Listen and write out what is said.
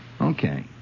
Okay